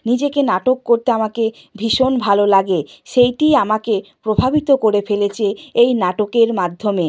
নিজেকে নাটক করতে আমাকে ভীষণ ভালো লাগে সেইটিই আমাকে প্রভাবিত করে ফেলেছে এই নাটকের মাধ্যমে